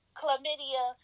chlamydia